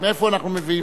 מאיפה אנחנו מביאים?